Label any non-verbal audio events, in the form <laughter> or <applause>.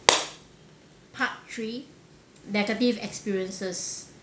<noise> part three negative experiences